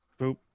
Boop